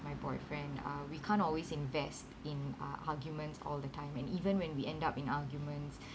my boyfriend uh we can't always invest in uh arguments all the time and even when we end up in arguments